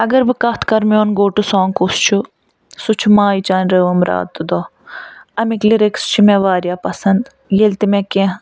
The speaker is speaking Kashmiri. اگر بہٕ کَتھ کَرٕ میون گو ٹُہ سانٛگ کُس چھُ سُہ چھُ مایہِ چانہِ رٲوٕم رات تہٕ دۄہ اَمِکۍ لِرِکٕس چھِ مےٚ وارِیاہ پسنٛد ییٚلہِ تہِ مےٚ کیٚنٛہہ